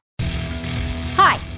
Hi